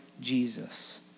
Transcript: Jesus